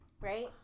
Right